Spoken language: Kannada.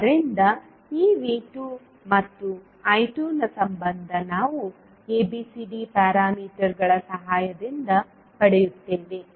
ಆದ್ದರಿಂದ ಈ V2 ಮತ್ತು I2ನ ಸಂಬಂಧ ನಾವು ABCD ಪ್ಯಾರಾಮೀಟರ್ಗಳ ಸಹಾಯದಿಂದ ಪಡೆಯುತ್ತೇವೆ